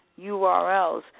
URLs